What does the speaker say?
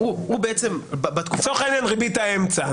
ניקח לצורך העניין את ריבית האמצע.